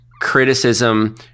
criticism